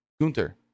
Gunther